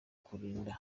kurinda